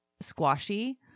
squashy